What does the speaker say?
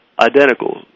identical